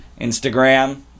Instagram